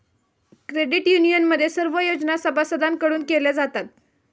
credit युनियनमध्ये सर्व योजना सभासदांकडून केल्या जातात